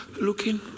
looking